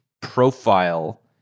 profile